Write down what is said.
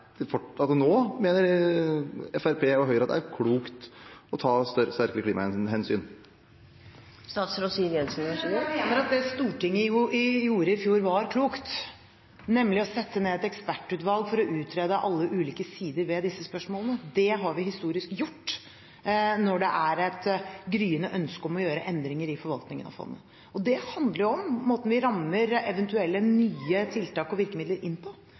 klokt å ta sterkere klimahensyn? Jeg mener at det Stortinget gjorde i fjor, var klokt, nemlig å sette ned et ekspertutvalg for å utrede alle ulike sider ved disse spørsmålene. Det har vi historisk gjort når det er et gryende ønske om å gjøre endringer i forvaltningen av fondet. Det handler om måten vi rammer eventuelle nye tiltak og virkemidler inn på.